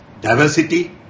diversity